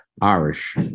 irish